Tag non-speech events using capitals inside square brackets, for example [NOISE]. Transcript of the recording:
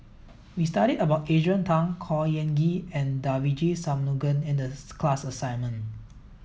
we studied about Adrian Tan Khor Ean Ghee and Devagi Sanmugam in the [UNINTELLIGIBLE] class assignment